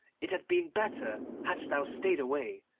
it had been better hadst thou stayed away,